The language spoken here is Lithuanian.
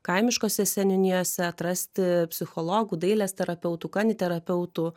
kaimiškose seniūnijose atrasti psichologų dailės terapeutų kaniterapeutų